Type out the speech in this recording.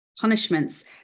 punishments